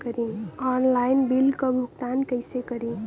Online bill क भुगतान कईसे करी?